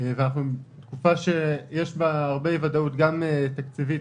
ומכיוון שמדובר בתקופה שיש בה הרבה אי-ודאות תקציבית,